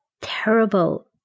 terrible